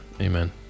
amen